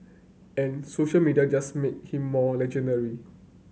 and social media just make him more legendary